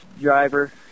driver